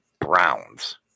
browns